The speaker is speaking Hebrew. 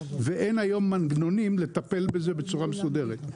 ואין היום מנגנונים לטפל בזה בצורה מסודרת.